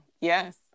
Yes